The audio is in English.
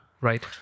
right